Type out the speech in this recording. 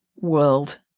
world